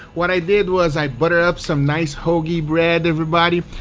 what i did was i butter up some nice hoagie bread everybody,